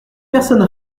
personne